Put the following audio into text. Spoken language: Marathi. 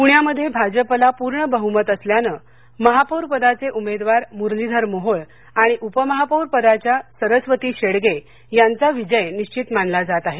पूण्यामध्ये भाजपला पूर्ण बहुमत असल्याने महापौर पदाचे उमेदवार मुरलीधर मोहोळ आणि उपमहापौरपदाच्या सरस्वती शेडगे यांचा विजय निश्वित मानला जात आहे